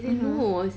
then ah